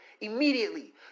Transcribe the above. immediately